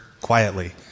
quietly